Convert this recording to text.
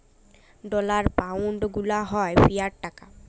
dollar, pound গুলা হ্যয় fiat টাকা